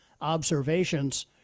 observations